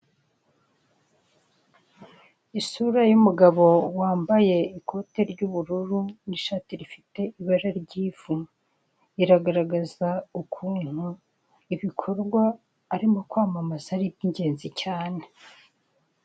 Isura y'umugabo wambaye ikote ry'ubururu n'ishati rifite ibara ry'ivu, iragaragaza ukuntu ibikorwa ari mo kwamamaza ari iby'ingenzi cyane.